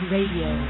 Radio